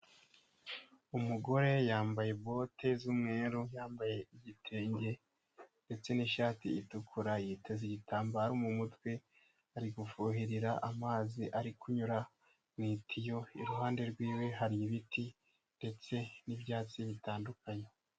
Umugore yambaye bote z'umweru, yambaye igitenge ndetse n'ishati itukura, yiteze igitambaro mu mutwe, ari gufuherera amazi ari kunyura mu itiyo, iruhande rwe hari ibiti, ndetse n'ibyatsi bitandukanye.